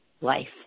life